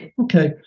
Okay